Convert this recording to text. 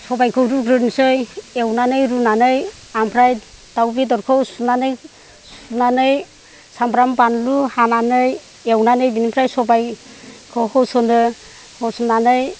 सबायखौ रुग्रोनोसै एवनानै रुनानै ओमफ्राय दाउ बेदरखौ सुनानै साम्ब्राम बानलु हानानै एवनानै बिनिफ्राय सबायखौ होस'नो होस'ननानै